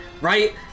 right